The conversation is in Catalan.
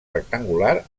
rectangular